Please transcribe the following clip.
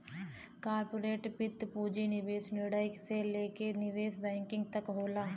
corporate वित्त पूंजी निवेश निर्णय से लेके निवेश बैंकिंग तक होला